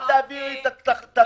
אל תעבירי את התקציב.